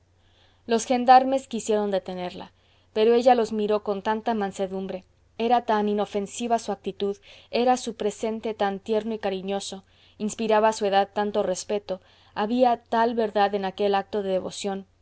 los gendarmes quisieron detenerla pero ella los miró con tanta mansedumbre era tan inofensiva su actitud era su presente tan tierno y cariñoso inspiraba su edad tanto respeto había tal verdad en aquel acto de devoción